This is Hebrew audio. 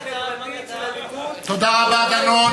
הנקודתית של הליכוד, תודה רבה, דנון.